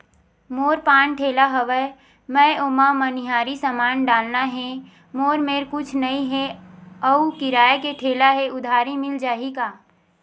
मोर पान ठेला हवय मैं ओमा मनिहारी समान डालना हे मोर मेर कुछ नई हे आऊ किराए के ठेला हे उधारी मिल जहीं का?